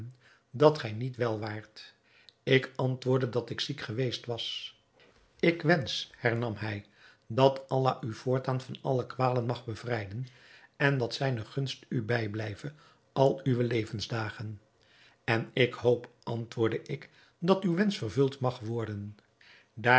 dat gij niet wel waart ik antwoordde dat ik ziek geweest was ik wensch hernam hij dat allah u voortaan van alle kwalen mag bevrijden en dat zijne gunst u bijblijve al uwe levensdagen en ik hoop antwoordde ik dat uw wensch vervuld mag worden daar